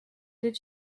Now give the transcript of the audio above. did